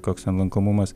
koks ten lankomumas